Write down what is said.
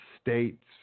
states